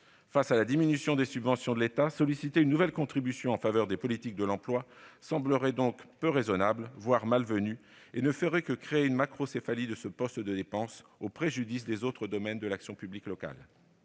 égard à la diminution des subventions de l'État, solliciter une nouvelle contribution en faveur des politiques de l'emploi semblerait donc peu raisonnable, voire malvenu, et ne ferait que créer une macrocéphalie de ce poste de dépense, au préjudice des autres domaines de l'action publique locale.